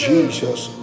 Jesus